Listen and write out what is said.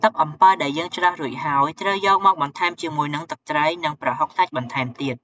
ទឹកអំំពិលដែរយើងច្រោះរូចហើយត្រូវយកមកបន្ថែមជាមួយនឹង ទឹកត្រី និង ប្រហុកសាច់បន្ថែមទៀត។